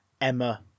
Emma